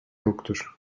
yoktur